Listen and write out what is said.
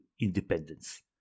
independence